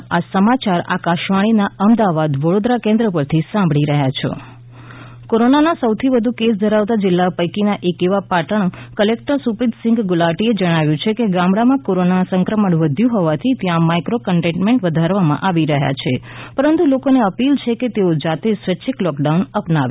Patan collector appeal કોરોનાના સૌથી વધુ કેસ ધરાવતા જિલ્લા પૈકીના એક એવા પાટણ કલેક્ટર સુપ્રીત સિંઘ ગુલાટીએ જણાવ્યું છે કે ગામડામાં કોરોના સંક્રમણ વધ્યું હોવાથી ત્યાં માઈક્રો કન્ટેઈનમેન્ટ વધારવામાં આવી રહ્યા છે પરંતુ લોકોને અપીલ છે કે તેઓ જાતે સ્વૈચ્છીક લોકડાઉન અપનાવે